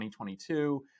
2022